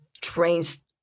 trains